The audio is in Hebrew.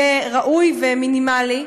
יהיה ראוי ומינימלי.